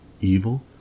evil